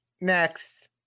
next